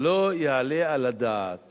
לא יעלה על הדעת